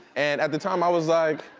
and at the time i was like,